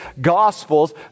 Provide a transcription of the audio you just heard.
Gospels